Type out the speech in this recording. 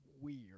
weird